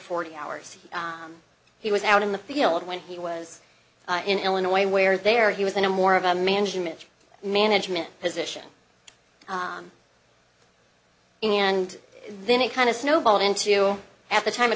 forty hours he was out in the field when he was in illinois where there he was in a more of a management management position and then it kind of snowballed into at the time a